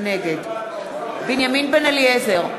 נגד בנימין בן-אליעזר,